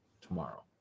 tomorrow